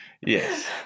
Yes